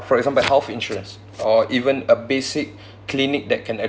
for example health insurance or even a basic clinic that can